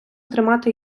тримати